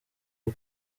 aho